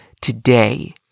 today